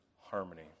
harmony